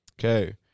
Okay